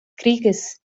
krieges